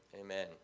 Amen